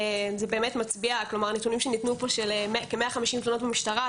הנתונים שניתנו פה של כ-150 תלונות במשטרה,